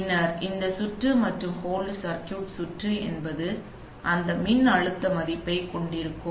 பின்னர் இந்த சுற்று மற்றும் ஹோல்ட் சர்க்யூட் சுற்று என்பது அந்த மின்னழுத்த மதிப்பைக் கொண்டிருக்கும்